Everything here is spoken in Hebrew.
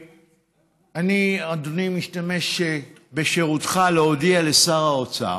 ואני, אדוני, משתמש בשירותיך להודיע לשר האוצר